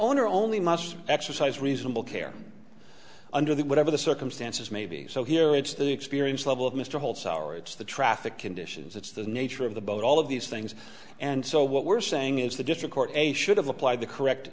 owner only must exercise reasonable care under whatever the circumstances may be so here it's the experience level of mr holds our it's the traffic conditions it's the nature of the boat all of these things and so what we're saying is that just record a should have applied the correct